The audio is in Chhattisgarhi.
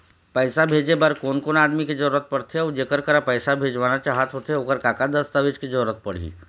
पैसा भेजे बार कोन कोन आदमी के जरूरत पड़ते अऊ जेकर करा पैसा भेजवाना चाहत होथे ओकर का का दस्तावेज के जरूरत पड़ही?